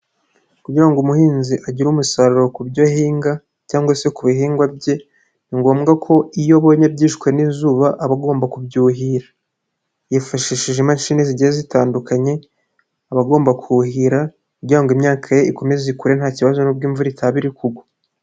Kugira ngo umuhinzi agire umusaruro ku byo ahinga cyangwa se ku bihingwa bye ni ngombwa ko iyo abonye byishwe n'izuba aba agomba kubyuhira, yifashishije imashini zigenda zitandukanye aba agomba kuhira kugira ngo imyaka ye ikomeze ikure nta kibazo nubwo imvura itaba iri kugwa.